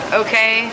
okay